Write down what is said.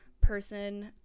person